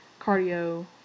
cardio